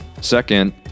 Second